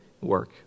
work